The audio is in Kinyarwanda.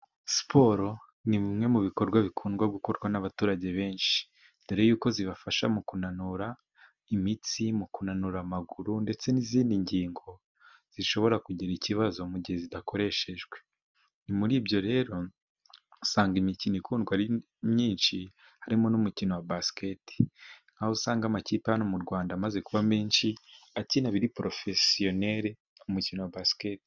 Siporo ni bimwe mu bikorwa bikundwa gukorwa n'abaturage benshi mbere y'uko zibafasha mu kunanura imitsi, mu kunanura amaguru ndetse n'izindi ngingo zishobora kugira ikibazo mu gihe zidakoreshejwe. Ni muri ibyo rero usanga imikino ikundwa ari myinshi harimo n'umukino wa basiketi nk'aho usanga amakipe hano mu Rwanda amaze kuba menshi akina biri porofesiyonere umukino wa basiketi.